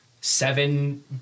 seven